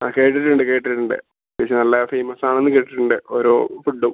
ആ കേട്ടിട്ടുണ്ട് കേട്ടിട്ടുണ്ട് അത്യാവശ്യം നല്ല ഫേമസാണെന്ന് കേട്ടിട്ടുണ്ട് ഓരോ ഫുഡ്ഡും